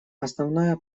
основная